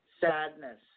sadness